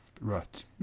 Right